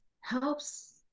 helps